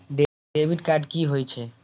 Debit card कि होई छै?